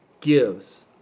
gives